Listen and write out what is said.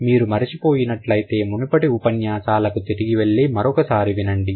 మీరు మరచిపోయి నట్లయితే మునుపటి ఉపన్యాసాలకు తిరిగి వెళ్లి మరొకసారి వినండి